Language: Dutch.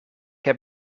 heb